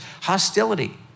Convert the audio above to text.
hostility